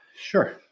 Sure